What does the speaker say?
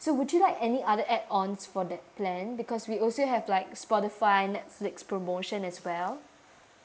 so would you like any other add ons for that plan because we also have like Spotify Netflix promotion as well